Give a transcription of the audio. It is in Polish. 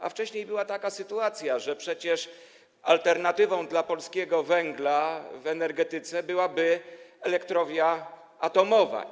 A wcześniej była taka sytuacja, że przecież alternatywą dla polskiego węgla w energetyce miała być elektrownia atomowa.